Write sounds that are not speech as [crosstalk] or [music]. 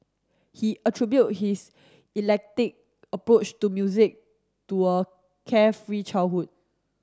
he attribute his [unintelligible] approach to music to a carefree childhood